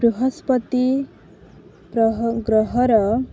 ବୃହସ୍ପତି ଗ୍ରହର